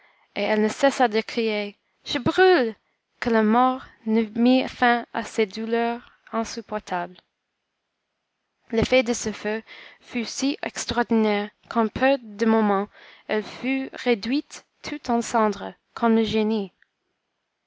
et elle ne cessa de crier je brûle que la mort n'eût mis fin à ses douleurs insupportables l'effet de ce feu fut si extraordinaire qu'en peu de moments elle fut réduite toute en cendres comme le génie